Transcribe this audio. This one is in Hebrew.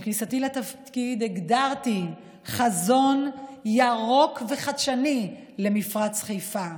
עם כניסתי לתפקיד הגדרתי חזון ירוק וחדשני למפרץ חיפה,